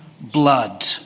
blood